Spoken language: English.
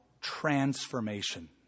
transformation